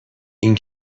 این